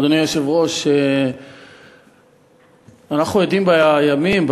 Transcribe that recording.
אדוני היושב-ראש, אנחנו עדים בימים,